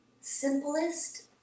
simplest